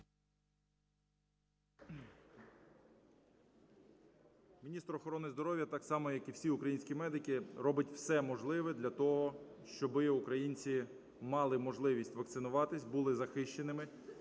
Міністр охорони здоров'я, так само, як і всі українські медики, робить все можливе для того, щоб українці мали можливість вакцинуватись, були захищеними